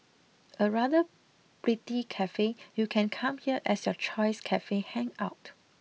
a rather pretty cafe you can come here as your choice cafe hangout